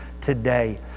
today